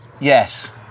yes